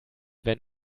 wenn